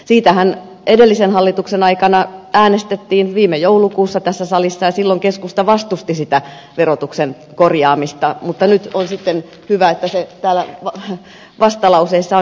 siitähän edellisen hallituksen aikana äänestettiin viime joulukuussa tässä salissa ja silloin keskusta vastusti sitä verotuksen korjaamista mutta nyt on sitten hyvä että se täällä vastalauseessa on